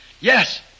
Yes